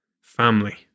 family